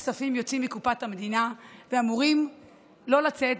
כספים יוצאים מקופת המדינה ואמורים לא לצאת,